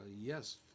yes